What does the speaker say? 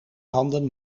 handen